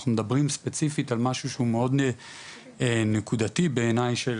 אנחנו מדברים ספציפית על משהו שהוא מאוד נקודתי בעיניי של